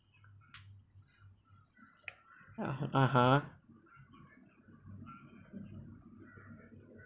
ah (uh huh)